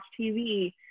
TV